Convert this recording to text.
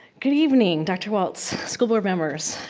good evening dr. walt, school board members.